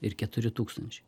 ir keturi tūkstančiai